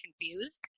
confused